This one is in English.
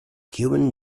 cuban